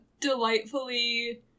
delightfully